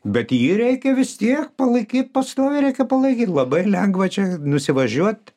bet jį reikia vis tiek palaikyt pastoviai reikia palaikyt labai lengva čia nusivažiuot